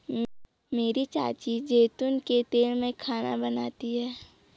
मेरी चाची जैतून के तेल में खाना बनाती है